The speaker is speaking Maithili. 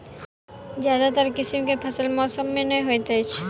ज्यादातर किसिम केँ फसल केँ मौसम मे होइत अछि?